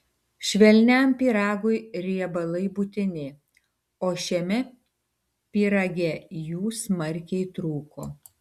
švelniam pyragui riebalai būtini o šiame pyrage jų smarkiai trūko